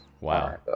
wow